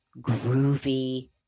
groovy